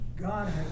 God